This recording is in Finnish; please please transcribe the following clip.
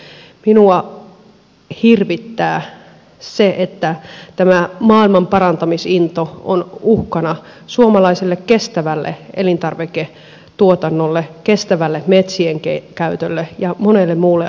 minua hirvittää se että tämä maailmanparantamisinto on uhkana suomalaiselle kestävälle elintarviketuotannolle kestävälle metsien käytölle ja monelle muulle asialle